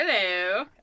Hello